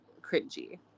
cringy